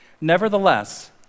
Nevertheless